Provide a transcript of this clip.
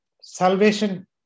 Salvation